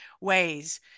ways